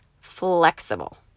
flexible